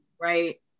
Right